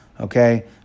Okay